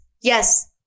Yes